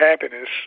happiness